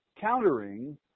countering